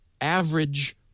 average